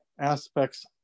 aspects